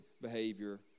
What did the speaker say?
behavior